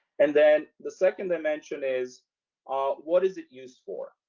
and then the second dimension is ah what is it used for,